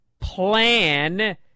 plan